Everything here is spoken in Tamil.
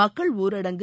மக்கள் ஊரடங்கு